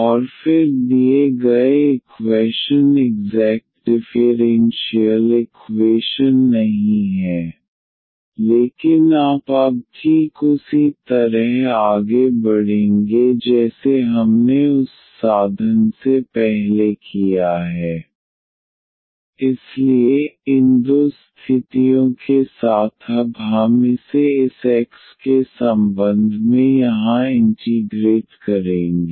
और फिर दिए गए इक्वैशन इग्ज़ैक्ट डिफ़ेरेन्शियल इक्वेशन नहीं है ⟹3x2y≠2xy लेकिन आप अब ठीक उसी तरह आगे बढ़ेंगे जैसे हमने उस साधन से पहले किया है ∂f∂x3xyy2 ∂f∂yx2xy इसलिए इन दो स्थितियों के साथ अब हम इसे इस x के संबंध में यहाँ इंटीग्रेट करेंगे